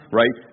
right